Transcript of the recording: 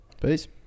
Peace